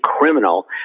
criminal